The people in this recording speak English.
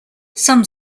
some